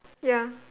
ya